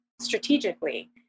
strategically